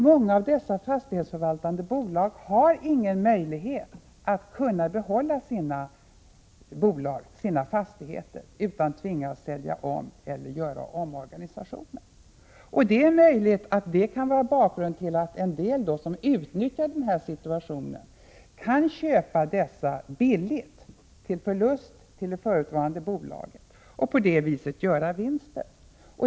Många av dessa fastighetsförvaltande bolag har ingen möjlighet att behålla sina fastigheter utan tvingas sälja eller göra omorganisationer. Det är möjligt att detta kan vara bakgrunden till att en del — som utnyttjat den här situationen — kan köpa dessa fastigheter billigt, till förlust för det förutvarande bolaget, och på det viset göra vinster.